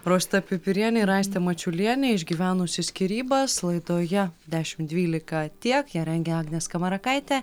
rosita pipirienė ir aistė mačiulienė išgyvenusi skyrybas laidoje dešimt dvylika tiek ją rengė agnė skamarakaitė